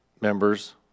members